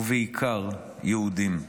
ובעיקר יהודים.